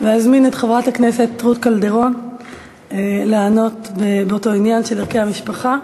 ואזמין את חברת הכנסת רות קלדרון לענות באותו עניין של ערכי המשפחה.